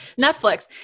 netflix